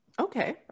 Okay